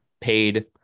paid